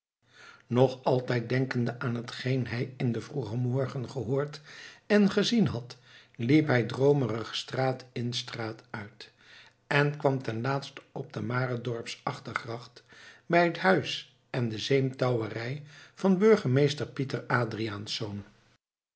nog altijd denkende aan hetgeen hij in den vroegen morgen gehoord en gezien had liep hij droomerig straat in straat uit en kwam ten laatste op de maredorps achtergracht bij het huis en de zeemtouwerij van burgemeester pieter